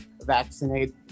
vaccinate